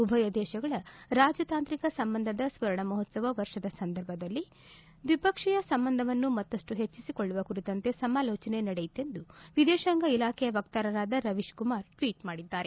ಉಭಯ ದೇಶಗಳ ರಾಜ ತಾಂತ್ರಿಕ ಸಂಬಂಧದ ಸ್ವರ್ಣ ಮಹೋತ್ಲವ ವರ್ಷದ ಸಂದರ್ಭದಲ್ಲಿ ದ್ವಿಪಕ್ಷೀಯ ಸಂಬಂಧವನ್ನು ಮತ್ತಷ್ಟು ಹೆಚ್ಚಿಸಿಕೊಳ್ಳುವ ಕುರಿತಂತೆ ಸಮಾಲೋಚನೆ ನಡೆಯಿತೆಂದು ವಿದೇಶಾಂಗ ಇಲಾಖೆಯ ವಕ್ತಾರರಾದ ರವೀಶ್ ಕುಮಾರ್ ಟ್ವೀಟ್ ಮಾಡಿದ್ದಾರೆ